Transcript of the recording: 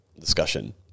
discussion